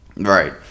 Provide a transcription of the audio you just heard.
Right